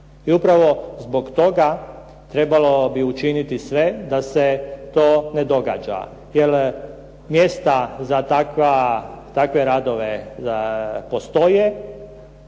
I upravo zbog toga trebalo bi učiniti sve da se to ne događa, jer mjesta za takve radove postoje,